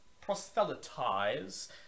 proselytize